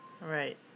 Right